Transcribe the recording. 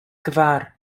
kvar